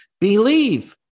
believe